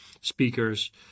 speakers